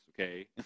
okay